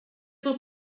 del